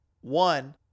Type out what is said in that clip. One